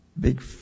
Big